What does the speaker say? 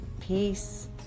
Peace